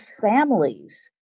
families